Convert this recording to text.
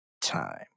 time